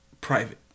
private